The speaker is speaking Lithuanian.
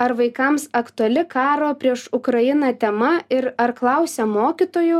ar vaikams aktuali karo prieš ukrainą tema ir ar klausia mokytojų